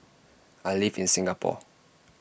I live in Singapore